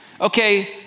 Okay